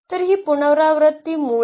तर ही पुनरावृत्ती मूळ आहे